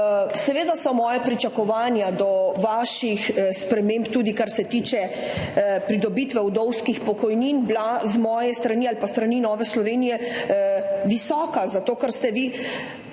Seveda so bila pričakovanja do vaših sprememb, tudi kar se tiče pridobitve vdovskih pokojnin, z moje strani ali s strani Nove Slovenije visoka, zato ker ste vi